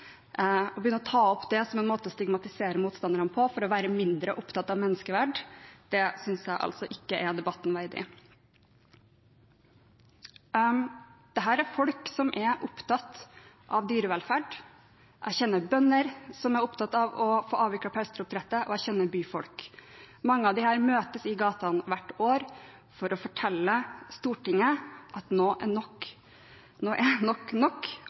begynne å ta opp det som en måte å stigmatisere motstanderne på – at de dermed er mindre opptatt av menneskeverd – synes jeg ikke er debatten verdig. Dette er folk som er opptatt av dyrevelferd. Jeg kjenner bønder som er opptatt av å få avviklet pelsdyroppdrettet, og jeg kjenner byfolk. Mange av disse møtes i gatene hvert år for å fortelle Stortinget at nok er nok nå, og at det er